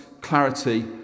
clarity